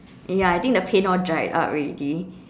ya I think the paint all dried up already